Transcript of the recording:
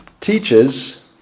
teaches